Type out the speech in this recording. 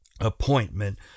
appointment